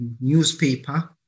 newspaper